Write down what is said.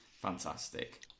fantastic